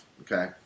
Okay